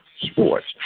Sports